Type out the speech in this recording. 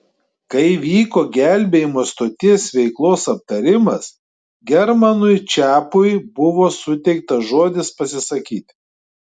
kai vyko gelbėjimo stoties veiklos aptarimas germanui čepui buvo suteiktas žodis pasisakyti